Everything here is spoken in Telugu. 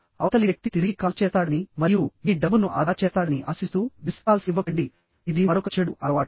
అవతలి వ్యక్తి తిరిగి కాల్ చేస్తాడని మరియు మీ డబ్బును ఆదా చేస్తాడని ఆశిస్తూ మిస్డ్ కాల్స్ ఇవ్వకండి ఇది మరొక చెడు అలవాటు